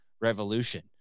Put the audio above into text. revolution